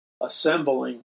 assembling